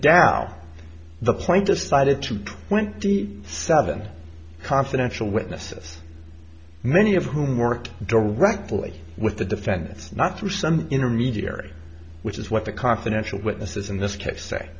tao the point decided to twenty seven confidential witnesses many of whom worked directly with the defendants not through some intermediary which is what the confidential witnesses in this case say